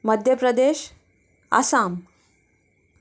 Madhya Pradesh Assam